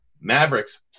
Mavericks